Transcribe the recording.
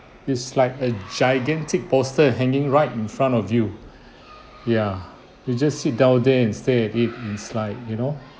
it's like a gigantic poster hanging right in front of you ya you just sit down there and stare at it it's like you know